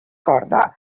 corda